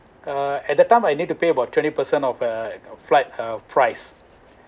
uh at that time I need to pay about twenty percent of uh flat uh price